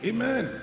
Amen